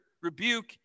rebuke